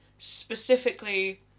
Specifically